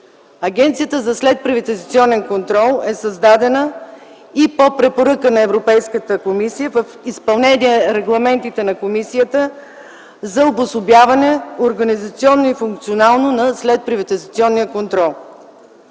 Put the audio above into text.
Агенцията за следприватизационен контрол е създадена и по препоръка на Европейската комисия, в изпълнение регламентите на Комисията, за обособяване организационно и функционално на следприватизационния контрол.